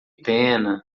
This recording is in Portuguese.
pena